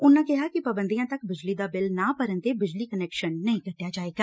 ਉਨੁਾਂ ਦਸਿਆ ਕਿ ਪਾਬੰਦੀਆਂ ਤੱਕ ਬਿਜਲੀ ਦਾ ਬਿੱਲ ਨਾ ਭਰਨ ਤੇ ਬਿਜਲੀ ਕੈਨਕੇਸ਼ਨ ਨਹੀਂ ਕੱਟਿਆ ਜਾਵੇਗਾ